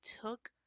took